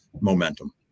momentum